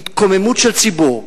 מהתקוממות של ציבור,